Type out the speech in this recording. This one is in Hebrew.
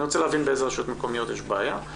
אני רוצה להבין באילו רשויות מקומיות יש בעיה.